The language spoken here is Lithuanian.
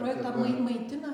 projektą mai maitina